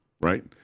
Right